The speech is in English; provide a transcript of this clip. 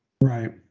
Right